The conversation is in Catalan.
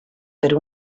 per